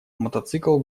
мотоцикл